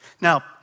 Now